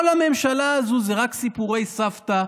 כל הממשלה הזו זה רק סיפורי סבתא,